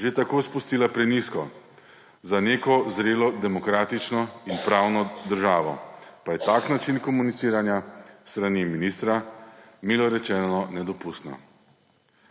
že tako spustila prenizko. Za neko zrelo, demokratično in pravno državo pa je tak način komuniciranja s strani ministra, milo rečeno, nedopusten.